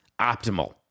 optimal